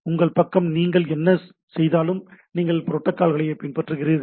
உங்கள் பக்கம் நீங்கள் என்ன செய்தாலும் நீங்கள் புரோட்டோக்கால்களையே பின்பற்றுகிறீர்கள்